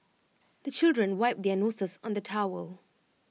the children wipe their noses on the towel